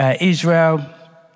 Israel